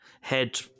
head